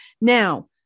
Now